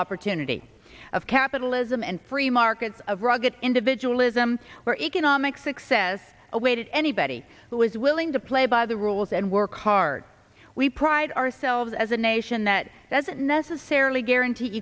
opportunity of capitalism and free markets of rugged individual ism where economic success awaited anybody who is willing to play by the rules and work hard we pride ourselves as a nation that doesn't necessarily guarantee